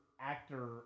Actor